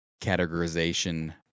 categorization